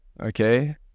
okay